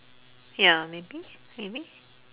ya maybe maybe